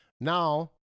Now